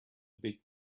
bit